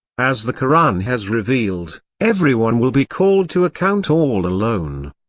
as the koran has revealed, everyone will be called to account all alone.